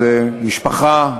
זה משפחה,